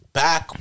back